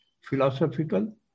philosophical